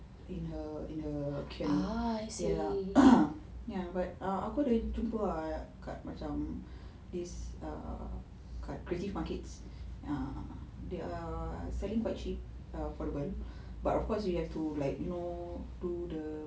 in her in her ya ya but ah aku ada jumpa ah kat macam this err kat creative markets ah they are selling quite cheap affordable but of course you have to like you know do the